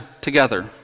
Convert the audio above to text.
together